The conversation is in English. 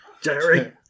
Jerry